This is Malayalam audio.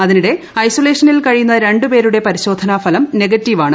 അതിനിടെ ഐസ്വലേഷനിൽ കഴിയുന്ന രണ്ട് പേരുടെ പരിശോധനാഫലം നെഗറ്റീവാണ്